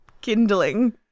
Kindling